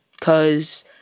cause